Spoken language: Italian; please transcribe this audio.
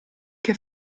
che